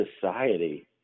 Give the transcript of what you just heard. society